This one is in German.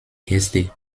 gäste